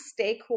stakeholders